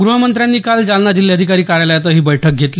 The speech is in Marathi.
ग्रहमंत्र्यांनी काल जालना जिल्हाधिकारी कार्यालयातही बैठक घेतली